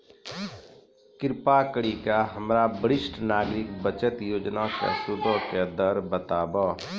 कृपा करि के हमरा वरिष्ठ नागरिक बचत योजना के सूदो के दर बताबो